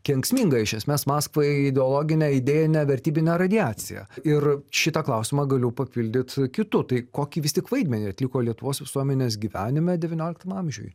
kenksmingą iš esmės maskvai ideologinę idėjinę vertybinę radiaciją ir šitą klausimą galiu papildyt kitu tai kokį vis tik vaidmenį atliko lietuvos visuomenės gyvenime devynioliktam amžiuj